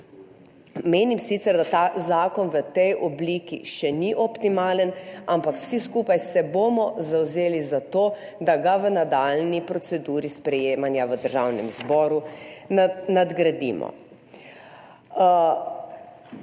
Menim sicer, da ta zakon v tej obliki še ni optimalen, ampak vsi skupaj se bomo zavzeli za to, da ga v nadaljnji proceduri sprejemanja v Državnem zboru nadgradimo.